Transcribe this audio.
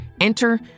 Enter